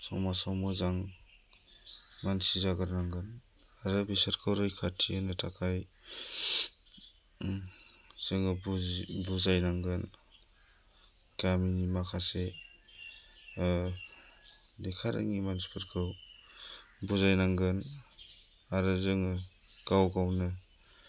समाजाव मोजां मानसि जागोर नांगोन आरो बिसोरखौ रैखाथि होनो थाखाय जोङो बुजि बुजायनांगोन गामिनि माखासे लेखा रोङै मानसिफोरखौ बुजायनांगोन आरो जोङो गाव गावनो